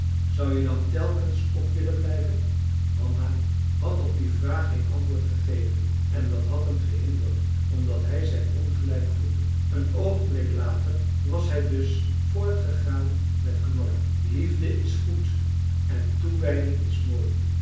zou je dan telkens op willen blijven hanna had op die vraag geen antwoord gegeven en dat had hem gehinderd omdat hij zijn ongelijk voelde een oogenblik later was hij dus voortgegaan met knorren liefde is goed en toewijding is mooi